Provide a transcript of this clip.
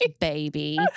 baby